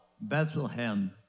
Bethlehem